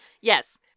Yes